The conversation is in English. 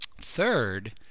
third